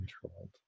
controlled